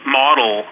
model